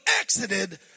exited